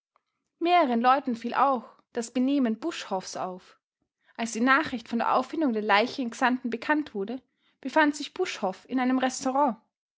mehreren leuten fiel auch das benehmen buschhoffs auf als die nachricht von der auffindung der leiche in xanten bekannt wurde befand sich buschhoff in einem restaurant